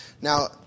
Now